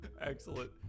Excellent